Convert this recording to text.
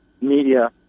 media